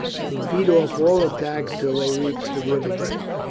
who beat off all attacks till they reached the river bank.